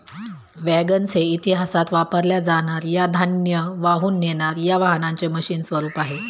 wagons हे इतिहासात वापरल्या जाणार या धान्य वाहून नेणार या वाहनांचे मशीन स्वरूप आहे